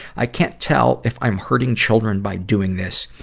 i can't tell if i'm hurting children by doing this.